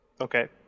okay